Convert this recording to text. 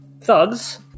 thugs